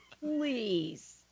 please